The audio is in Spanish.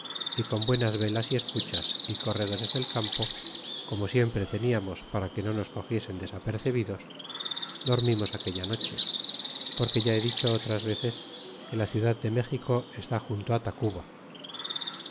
y con buenas velas y escuchas y corredores del campo como siempre teniames para que no nos cogiesen desapercebidos dormimos aquella noche porque ya he dicho otras veces que la ciudad de méxico está junto á tacuba